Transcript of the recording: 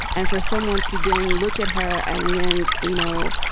and for someone to then look at her and then, you know,